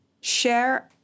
share